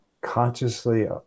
consciously